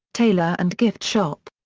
tailor and gift shop.